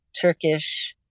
Turkish